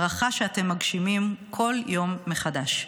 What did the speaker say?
ברכה שאתם מגשימים כל יום מחדש: